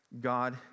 God